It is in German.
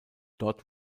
dort